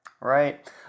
Right